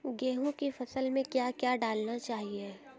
गेहूँ की फसल में क्या क्या डालना चाहिए?